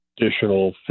additional